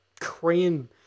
Korean